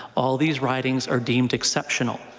all these ridings are deemed exceptional.